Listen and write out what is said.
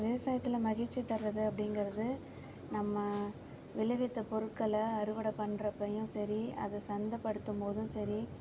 விவசாயத்தில் மகிழ்ச்சி தர்றது அப்படிங்கிறது நம்ம விளைவித்த பொருட்களை அறுவடை பண்ணுறப்பையும் சரி அதை சந்தைப் படுத்தும்போதும் சரி